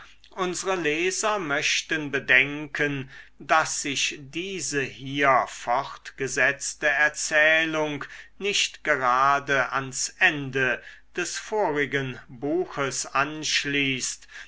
unsre leser möchten bedenken daß sich diese hier fortgesetzte erzählung nicht gerade ans ende des vorigen buches anschließt